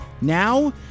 Now